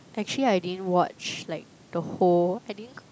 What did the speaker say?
actually I didn't watch like the whole I didn't